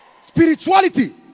Spirituality